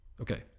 Okay